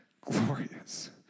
glorious